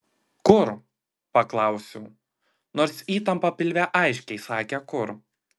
kur paklausiau nors įtampa pilve aiškiai sakė kur